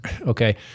okay